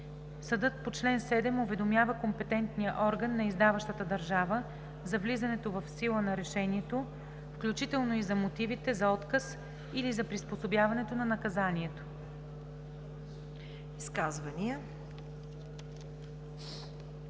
Съдът по чл. 7 уведомява компетентния орган на издаващата държава за влизането в сила на решението, включително за мотивите за отказ или за приспособяването на наказанието.“